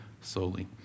solely